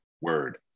word